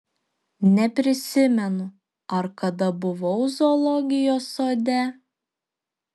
neprisimenu ar kada buvau zoologijos sode